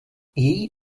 její